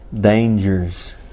dangers